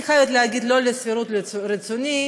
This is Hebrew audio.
אני חייבת להגיד, לא לשביעות רצוני.